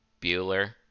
Bueller